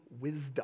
wisdom